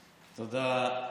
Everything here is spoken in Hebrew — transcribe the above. תודה,